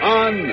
on